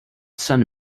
send